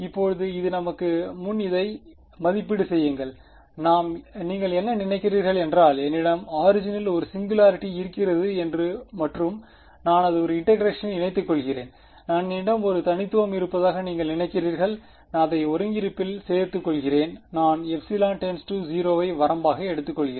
இப்போது இது நமக்கு முன் இதை மதிப்பீடு செய்யுங்கள் நீங்கள் என்ன நினைக்கிறீர்கள் என்றால் என்னிடம் ஆரிஜினில் ஒரு சிங்குலாரிட்டி இருக்கிறது என்று மற்றும் நான் அது இன்டெகிரேஷனில் இணைத்துக்கொள்கிறேன் நான் என்னிடம் ஒரு தனித்துவம் இருப்பதாக நீங்கள் நினைக்கிறீர்கள் நான் அதை ஒருங்கிணைப்பில் சேர்த்துக் கொள்கிறேன் நான் ε → 0 ஐ வரம்பாக எடுத்துக்கொள்கிறேன்